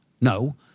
No